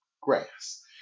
grass